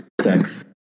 sex